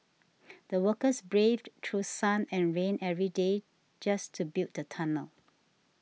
the workers braved through sun and rain every day just to build the tunnel